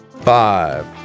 Five